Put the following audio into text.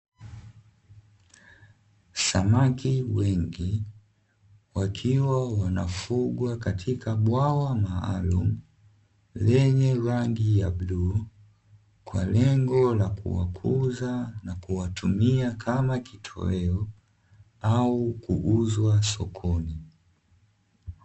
Samaki wengi wakiwa wanafugwa katika bwawa maalumu lenye rangi ya bluu, kwa lengo la kuwakuza na kuwatumia kama kitoweo au kuuzwa sokoni.